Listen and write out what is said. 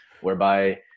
whereby